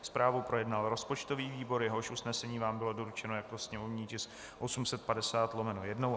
Zprávu projednal rozpočtový výbor, jehož usnesení vám bylo doručeno jako sněmovní tisk 850/1.